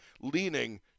leaning